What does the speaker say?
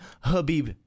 Habib